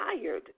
tired